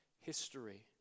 history